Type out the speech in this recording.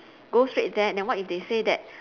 go straight there then what if they say that